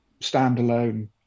standalone